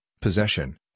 possession